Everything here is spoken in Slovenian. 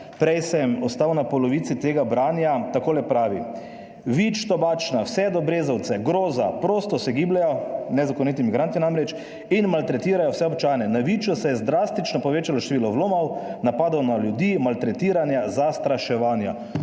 Prej sem ostal na polovici tega branja. Takole pravi: "Vič Tobačna, vse do Brezovice, groza, prosto se gibljejo - nezakoniti migranti namreč, in maltretirajo vse občane. Na Viču se je drastično povečalo število vlomov, napadov na ljudi, maltretiranja, zastraševanja."